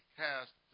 cast